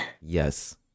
Yes